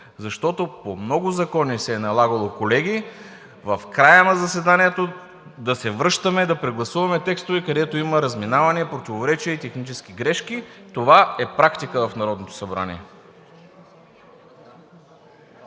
Защото по много закони се е налагало, колеги, в края на заседанието да се връщаме да прегласуваме текстове, където има разминавания, противоречия и технически грешки. Това е практика в Народното събрание.